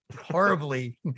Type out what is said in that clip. horribly